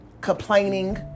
complaining